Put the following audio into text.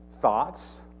thoughts